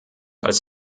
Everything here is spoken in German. als